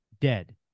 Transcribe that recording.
dead